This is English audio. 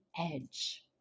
edge